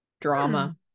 Drama